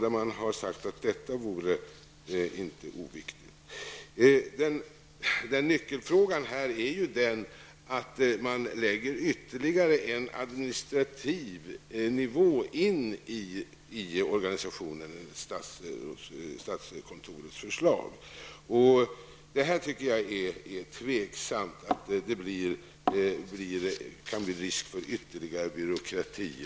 Nyckelfrågan här är att man i organisationen enligt statskontorets förslag lägger in ytterligare en administrativ nivå. Jag anser att detta är tvivelaktigt, eftersom risken är att det då blir ytterligare byråkrati.